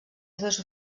seves